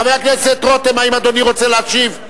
חבר הכנסת רותם, האם אדוני רוצה להשיב?